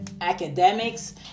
academics